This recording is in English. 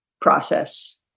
process